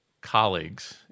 colleagues